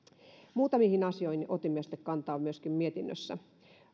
muutamiin asioihin otimme sitten myöskin kantaa mietinnössä